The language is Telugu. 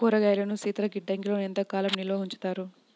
కూరగాయలను శీతలగిడ్డంగిలో ఎంత కాలం నిల్వ ఉంచుతారు?